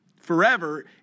forever